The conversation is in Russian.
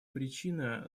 причина